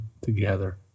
together